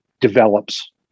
develops